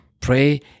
pray